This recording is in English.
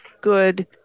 good